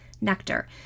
nectar